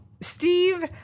Steve